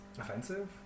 Offensive